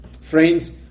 Friends